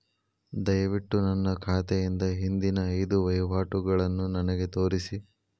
ದಯವಿಟ್ಟು ನನ್ನ ಖಾತೆಯಿಂದ ಹಿಂದಿನ ಐದು ವಹಿವಾಟುಗಳನ್ನು ನನಗೆ ತೋರಿಸಿ